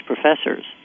professors